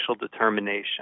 determination